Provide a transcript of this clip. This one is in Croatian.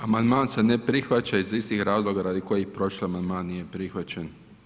Amandman se ne prihvaća iz istih razloga radi kojih i prošli amandman nije prihvaćen.